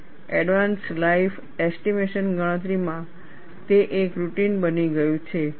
હવે advance life estimation ગણતરીમાં તે એક રૂટિન બની ગયું છે